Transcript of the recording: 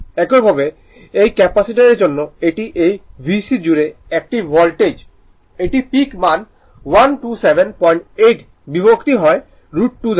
একইভাবে এই ক্যাপাসিটারের জন্য এটি এই VC জুড়ে একটি ভোল্টেজ এটি পিক মান 1278 বিভক্ত হয় √2 দ্বারা